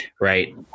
right